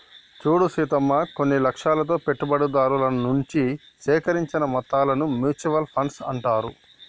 చూడు సీతమ్మ కొన్ని లక్ష్యాలతో పెట్టుబడిదారుల నుంచి సేకరించిన మొత్తాలను మ్యూచువల్ ఫండ్స్ అంటారు